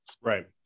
Right